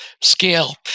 scale